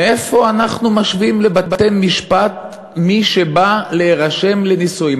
למה אנחנו משווים לבתי-משפט את מי שבא להירשם לנישואין?